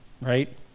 right